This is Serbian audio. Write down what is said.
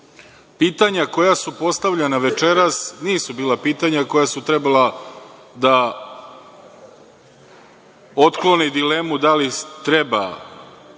Pitanja koja su postavljana večeras nisu bila pitanja koja su trebala da otklone dilemu da li treba